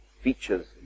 features